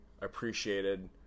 appreciated